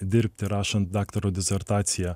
dirbti rašant daktaro disertaciją